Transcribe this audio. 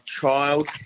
Child